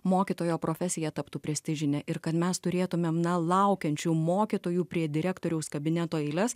mokytojo profesija taptų prestižinė ir kad mes turėtumėm na laukiančių mokytojų prie direktoriaus kabineto eiles